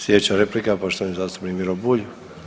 Slijedeća replika, poštovani zastupnik Miro Bulj.